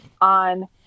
on